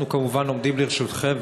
אנחנו כמובן עומדים לרשותכם,